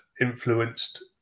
influenced